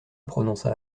prononça